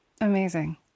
Amazing